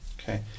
Okay